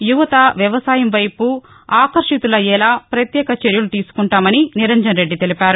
యువత వ్యవసాయంవైపు ఆకర్షితులయ్యేలా ప్రపత్యేక చర్యలు తీసుకుంటామని నిరంజన్రెడ్డి తెలిపారు